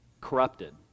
corrupted